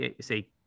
say